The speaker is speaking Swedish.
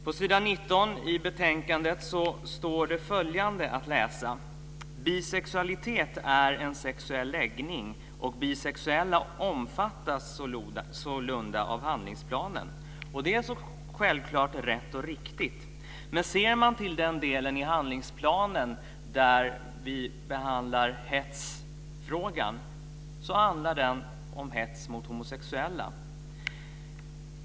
På s. 19 i betänkandet står följande att läsa: "Bisexualitet är en sexuell läggning och bisexuella omfattas sålunda av handlingsplanen." Det är självklart rätt och riktigt, men man kan se till den delen i handlingsplanen där hetsfrågan behandlas. Den handlar om hets mot homosexuella.